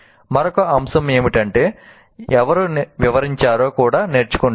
మరొక అంశం ఏమిటంటే ఎవరు వివరించారో కూడా నేర్చుకుంటారు